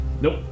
Nope